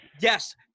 Yes